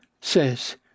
says